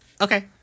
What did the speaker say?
Okay